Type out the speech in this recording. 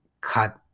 cut